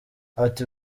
ati